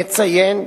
נציין,